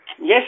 yes